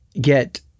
get